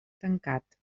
tancat